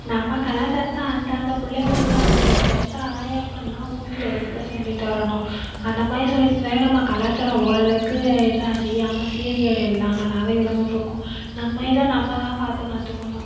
நம்ம கலாச்சாரத்தை அந்த அந்த பிள்ளைவோலுக்கு அந்தந்த பெற்ற ஆயி அப்பன்தான் வீட்லருந்து சொல்லி தரணும் அந்தமாதிரி சொல்லித்தந்தாலே நம்ம கலாச்சாரம் ஓரளவுக்கு இது அழியாமல் சீர்கேடு இல்லாமனாலும் இருந்துகிட்ருக்கும் நம்ம இதை நம்ம தான் பாதுகாத்துக்கணும்